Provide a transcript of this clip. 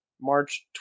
March